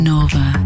Nova